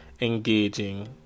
engaging